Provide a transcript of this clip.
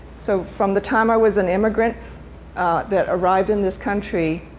so from the time i was an immigrant that arrived in this country,